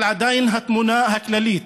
אבל עדיין התמונה הכללית